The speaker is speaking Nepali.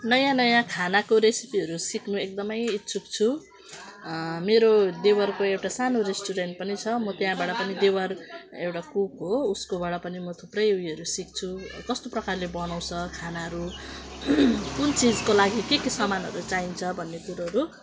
नयाँ नयाँ खानाको रेसिपीहरू सिक्नु एकदमै इच्छुक छु मेरो देवरको एउटा सानो रेस्टुरेन्ट पनि छ म त्यहाँबाट पनि देवर एउटा कुक हो उसकोबाट पनि म थुप्रै उयोहरू सिक्छु कस्तो प्रकारले बनाउँछ खानाहरू कुन चिजको लागि के के सामानहरू चाहिन्छ भन्ने कुरोहरू